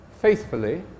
faithfully